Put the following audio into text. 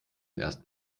erst